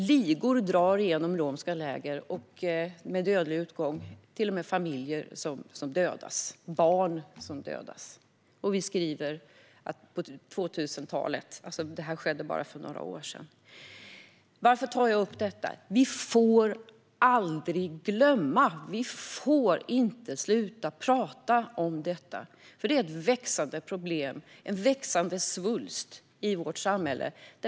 Ligor drar genom romska läger, och det får dödlig utgång då familjer och barn dödas. Vi skriver 2000-talet. Det här skedde för bara några år sedan. Varför tar jag upp detta? Jo, för vi får aldrig glömma! Vi får inte sluta prata om detta. Det här är ett växande problem, en växande svulst, i vårt samhälle.